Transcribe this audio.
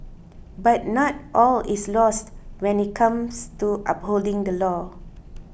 but not all is lost when it comes to upholding the law